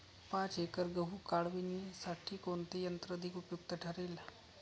पाच एकर गहू काढणीसाठी कोणते यंत्र अधिक उपयुक्त ठरेल?